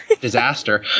disaster